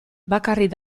bakarrik